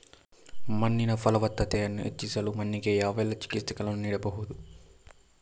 ಮಣ್ಣಿನ ಫಲವತ್ತತೆಯನ್ನು ಹೆಚ್ಚಿಸಲು ಮಣ್ಣಿಗೆ ಯಾವೆಲ್ಲಾ ಚಿಕಿತ್ಸೆಗಳನ್ನು ನೀಡಬಹುದು?